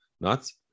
nuts